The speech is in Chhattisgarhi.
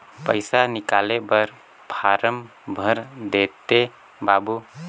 पइसा निकाले बर फारम भर देते बाबु?